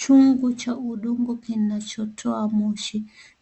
Chungu cha udongo kinachotoa moshi.